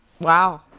wow